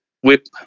whip